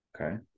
Okay